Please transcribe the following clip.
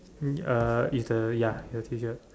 um uh it's a ya it's a tee shirt